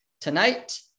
tonight